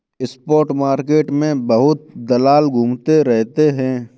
spot market में बहुत दलाल घूमते रहते हैं